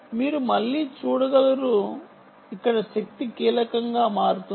మీరు మళ్ళీ చూడగలరు ఇక్కడ శక్తి కీలకంగా మారుతుంది